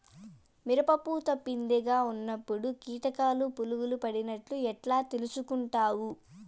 మిరప పూత పిందె గా ఉన్నప్పుడు కీటకాలు పులుగులు పడినట్లు ఎట్లా తెలుసుకుంటావు?